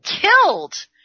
killed